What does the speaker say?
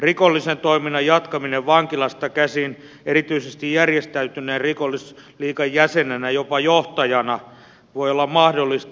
rikollisen toiminnan jatkaminen vankilasta käsin erityisesti järjestäytyneen rikollisliigan jäsenenä jopa johtajana voi olla mahdollista